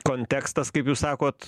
kontekstas kaip jūs sakot